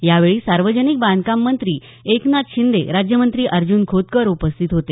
यावेळी सार्वजनिक बांधकाम मंत्री एकनाथ शिंदे राज्यमंत्री अर्जुन खोतकर उपस्थित होते